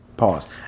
Pause